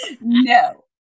No